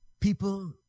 People